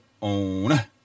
on